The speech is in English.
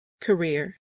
career